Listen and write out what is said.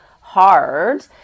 hard